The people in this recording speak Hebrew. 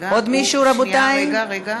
עוד מישהו, רבותיי?